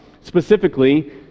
specifically